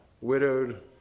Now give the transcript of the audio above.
widowed